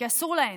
כי אסור להן.